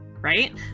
Right